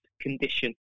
condition